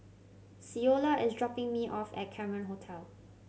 Ceola is dropping me off at Cameron Hotel